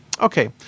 Okay